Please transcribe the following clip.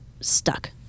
stuck